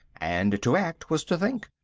and to act was to think.